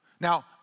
Now